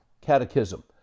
Catechism